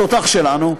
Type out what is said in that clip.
התותח שלנו,